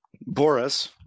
Boris